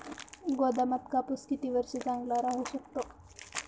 गोदामात कापूस किती वर्ष चांगला राहू शकतो?